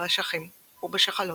באשכים ובשחלות,